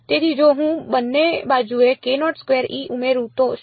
તેથી જો હું બંને બાજુએ ઉમેરું તો શું